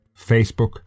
facebook